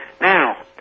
Now